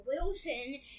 Wilson